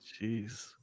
Jeez